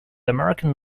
american